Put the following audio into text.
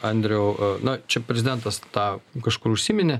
andriau na čia prezidentas tą kažkur užsiminė